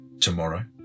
Tomorrow